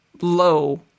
low